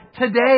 today